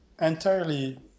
entirely